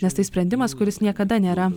nes tai sprendimas kuris niekada nėra